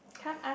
come ask